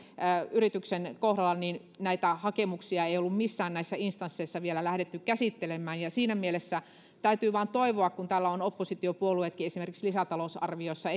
yrityksen kohdalla näitä hakemuksia ei ollut missään näissä instansseissa vielä lähdetty käsittelemään ja siinä mielessä täytyy vain toivoa kun täällä ovat oppositiopuolueetkin esimerkiksi lisätalousarviossa